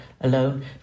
alone